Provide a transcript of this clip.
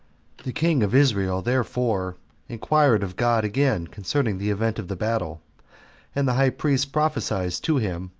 the king of israel therefore inquired of god again concerning the event of the battle and the high priest prophesied to him,